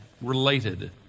related